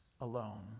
alone